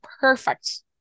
perfect